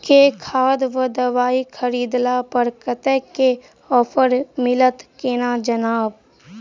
केँ खाद वा दवाई खरीदला पर कतेक केँ ऑफर मिलत केना जानब?